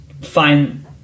find